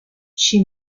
she